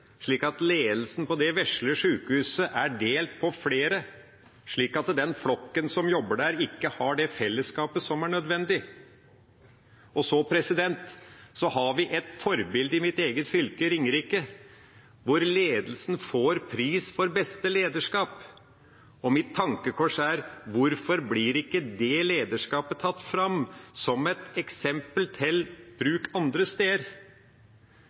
slik at ledelsen på det vesle sjukehuset er delt på flere. Da har ikke den flokken som jobber der, det fellesskapet som er nødvendig. Så har vi i mitt eget fylke et forbilde, Ringerike, hvor ledelsen får pris for beste lederskap. Mitt tankekors er: Hvorfor blir ikke det lederskapet tatt fram som et eksempel til bruk andre steder?